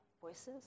voices